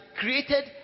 created